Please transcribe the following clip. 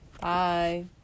Bye